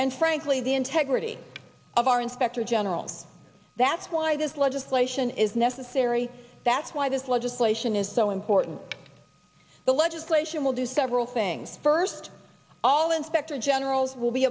and frankly the integrity of our inspector general that's why this legislation is necessary that's why this legislation is so important the legislation will discover all things first all inspector generals will be